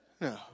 No